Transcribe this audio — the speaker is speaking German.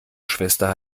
schwester